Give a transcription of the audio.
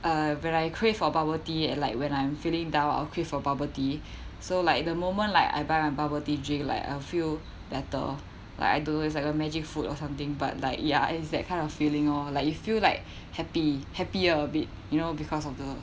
uh when I crave for bubble tea and like when I'm feeling down I would crave for bubble tea so like the moment like I buy bubble tea drink like I'll feel better like I do it's like a magic food or something but like ya it's that kind of feeling oh like you feel like happy happy a bit you know because of the